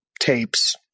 tapes